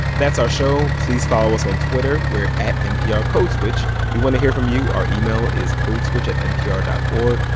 that's our show. please follow us on twitter. we're at nprcodeswitch. we want to hear from you. our email is codeswitch at npr dot o